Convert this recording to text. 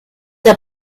der